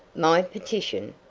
my petition?